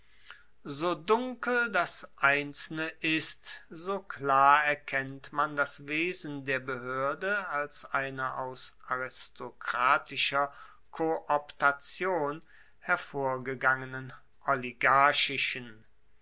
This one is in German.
so dunkel das einzelne ist so klar erkennt man das wesen der behoerde als einer aus aristokratischer kooptation hervorgehenden